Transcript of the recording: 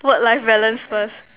work life balance first